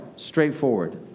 Straightforward